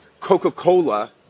Coca-Cola